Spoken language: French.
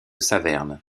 saverne